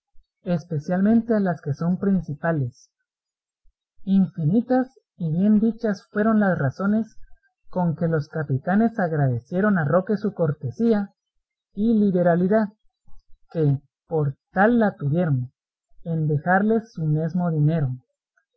especialmente a las que son principales infinitas y bien dichas fueron las razones con que los capitanes agradecieron a roque su cortesía y liberalidad que por tal la tuvieron en dejarles su mismo dinero